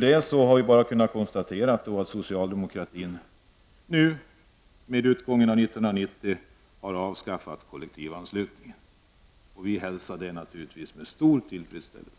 Vi har därefter kunnat konstatera att socialdemokratin i och med utgången av detta år avskaffar kollektivanslutningen. Det hälsar vi naturligtvis med stor tillfredsställelse.